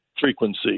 frequency